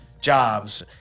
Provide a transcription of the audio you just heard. jobs